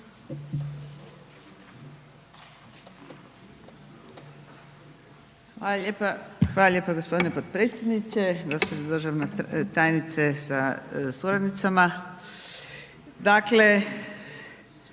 Zahvaljujem gospodine potpredsjedniče, poštovana državna tajnice sa suradnicom,